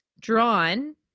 drawn